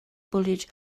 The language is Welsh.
bwled